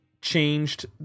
changed